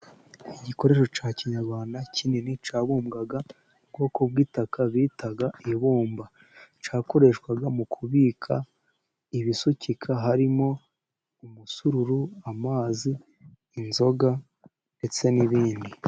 Igikoresho cya kinyarwanda kinini cyabumbwaga mu bwoko bw'itaka bitaga ibumba, cyakoreshwaga mu kubika ibisukika, harimo umusururu, amazi, inzoga ndetse n'ibindi.